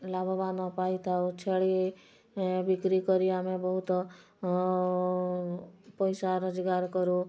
ଲାଭବାନ ପାଇଥାଉ ଛେଳି ବିକ୍ରି କରି ଆମେ ବହୁତ ପଇସା ରୋଜଗାର କରୁ